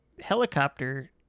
helicopter